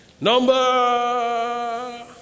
Number